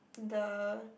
the